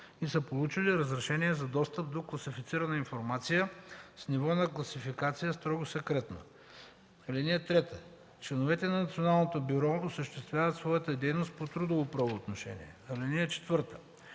и са получили разрешение за достъп до класифицирана информация с ниво на класификация „Строго секретно”. (3) Членовете на Националното бюро осъществяват своята дейност по трудово правоотношение. (4)